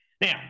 Now